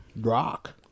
Rock